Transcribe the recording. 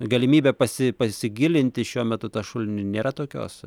galimybė pasi pasigilinti šiuo metu tą šulinį nėra tokios